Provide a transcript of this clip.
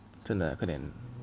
真的快点